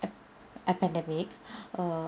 ap~ a pandemic err